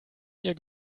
ihr